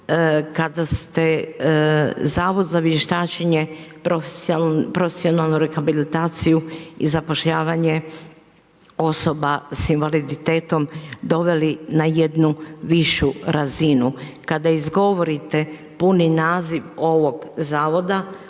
kada ste Zavod za vještačenje i profesionalnu rehabilitaciju i zapošljavanje osoba s invaliditetom doveli na jednu višu razinu. Kada izgovorite puni naziv ovog Zavoda